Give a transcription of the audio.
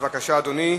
בבקשה, אדוני.